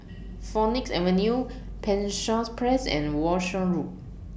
Phoenix Avenue Penshurst Place and Walshe Road